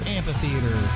Amphitheater